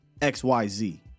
XYZ